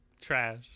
trash